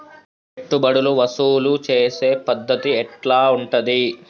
పెట్టుబడులు వసూలు చేసే పద్ధతి ఎట్లా ఉంటది?